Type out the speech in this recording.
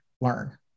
learn